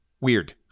Weird